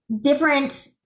different